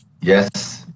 Yes